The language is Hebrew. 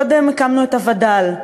קודם הקמנו את הווד"ל,